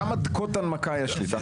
כמה דקות הנמקה יש לי?